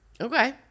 Okay